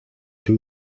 too